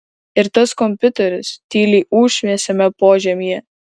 ir tas kompiuteris tyliai ūš vėsiame požemyje